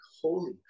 holy